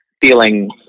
feeling